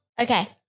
Okay